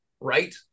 right